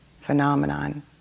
phenomenon